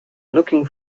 looking